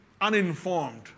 uninformed